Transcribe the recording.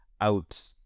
out